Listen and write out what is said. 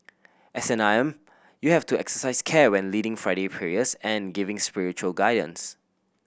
as an imam you have to exercise care when leading Friday prayers and giving spiritual guidance